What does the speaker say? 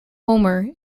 homer